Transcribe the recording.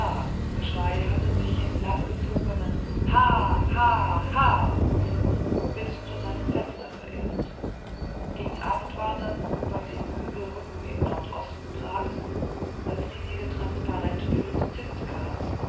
geschrei hatte sich in langgezogenen haahaahaa rufen bis zu seinem fenster verirrt gegen abend war dann über dem hügelrücken im nordosten prags das riesige